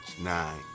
nine